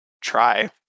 try